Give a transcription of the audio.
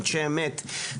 אנשי אמת.